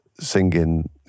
singing